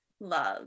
love